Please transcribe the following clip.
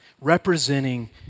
representing